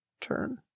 turn